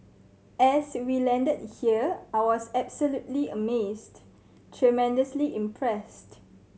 as we landed here I was absolutely amazed tremendously impressed